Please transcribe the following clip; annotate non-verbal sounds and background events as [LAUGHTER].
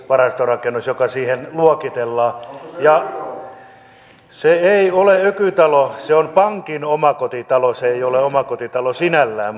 varastorakennus joka siihen luokitellaan se ei ole ökytalo se on pankin omakotitalo se ei ole omakotitalo sinällään [UNINTELLIGIBLE]